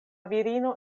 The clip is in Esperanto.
virino